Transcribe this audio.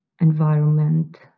environment